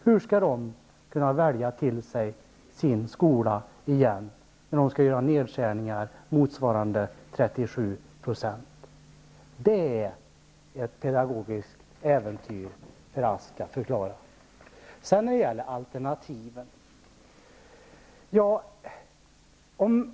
Hur skall de välja till sig sin skola igen, när de skall göra nedskärningar motsvarande 37 %? Det är ett pedagogiskt äventyr för Ask att förklara. Sedan till alternativen.